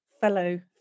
fellow